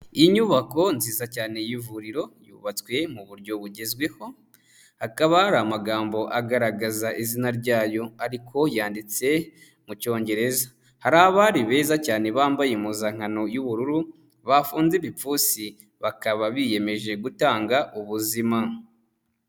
Inyubako nziza cyane y'ivuriro yubatswe mu buryo bugezweho, hakaba hari amagambo agaragaza izina ryayo, ariko yanditse mu cyongereza, hari abari beza cyane bambaye impuzankano y'ubururu, bafunze ibipfunsi, bakaba biyemeje gutanga ubuzima.